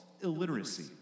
illiteracy